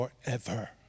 forever